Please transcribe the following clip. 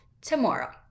tomorrow